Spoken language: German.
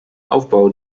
aufbau